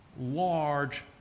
large